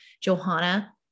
Johanna